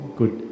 good